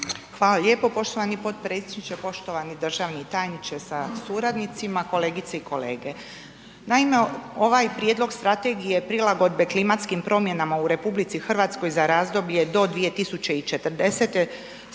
Hvala lijepo poštovani potpredsjedniče, poštovani državni tajniče sa suradnicima, kolegice i kolege. Naime, ovaj Prijedlog Strategije prilagodbe klimatskim promjenama u RH za razdoblje do 2040. s